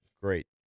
great